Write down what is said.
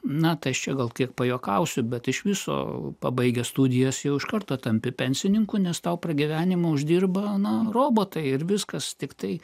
na tas čia gal kiek pajuokausiu bet iš viso pabaigę studijas jau iš karto tampi pensininkų nes tau pragyvenimą uždirba ana robotai ir viskas tiktai